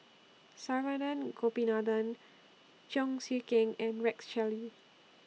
Saravanan Gopinathan Cheong Siew Keong and Rex Shelley